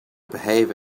behave